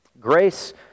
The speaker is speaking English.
Grace